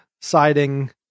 siding